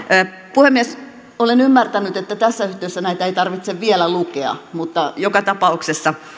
puhemies olen ymmärtänyt että tässä yhteydessä näitä ei tarvitse vielä lukea mutta joka tapauksessa